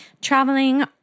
traveling